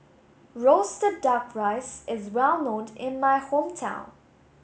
roasted duck rice is well known in my hometown